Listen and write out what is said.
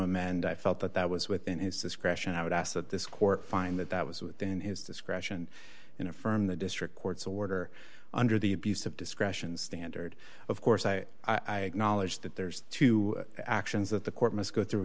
him and i felt that that was within his discretion i would ask that this court find that that was within his discretion in affirm the district court's order under the abuse of discretion standard of course i i acknowledge that there's two actions that the court must go through